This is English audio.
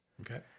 Okay